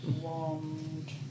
Wand